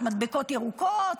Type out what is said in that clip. מדבקות ירוקות,